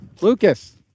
Lucas